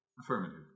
Affirmative